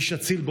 איש אציל,